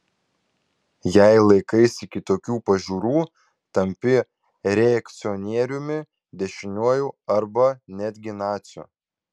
jei laikaisi kitokių pažiūrų tampi reakcionieriumi dešiniuoju arba netgi naciu